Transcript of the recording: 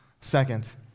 second